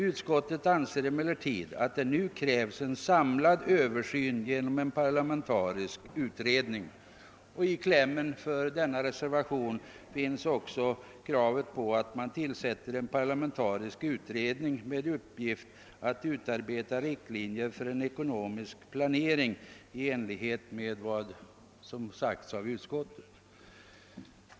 Utskottet anser emellertid att det nu krävs en samlad översyn genom en parlamentarisk utredning.> I denna reservations kläm finns också kravet på att man tillsätter »en parlamentarisk utredning med uppgift att utarbeta riktlinjer för en ekonomisk planering i enlighet med vad utskottet ovan anfört».